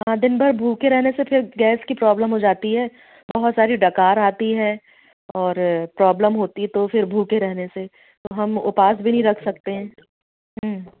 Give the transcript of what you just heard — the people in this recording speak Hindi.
हाँ दिन भर भूखे रहने से फिर गैस की प्रॉब्लम हो जाती है बहुत सारी डकार आती है और प्रॉब्लम होती है तो फिर भूखे रहने से तो हम उपवास भी नी रख सकते हैं